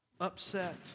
upset